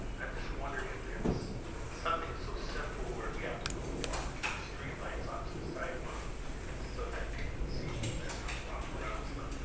and just wondering if there's something so simple where we have to put more streetlights on to the sidewalks so that people can see the pedestrians walking around and stuff.